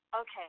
Okay